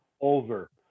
over